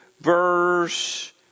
verse